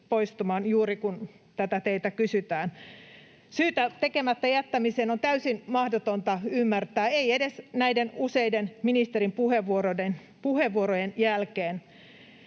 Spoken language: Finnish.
juuri kun tätä teiltä kysytään. Syytä tekemättä jättämiseen on täysin mahdotonta ymmärtää, ei edes näiden useiden ministerin puheenvuorojen jälkeen.